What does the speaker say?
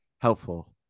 helpful